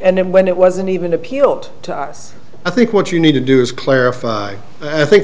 and when it wasn't even appealed to us i think what you need to do is clarify i think